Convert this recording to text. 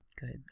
Good